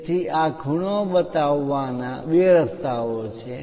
તેથી આ ખૂણો બતાવવાના બે રસ્તાઓ છે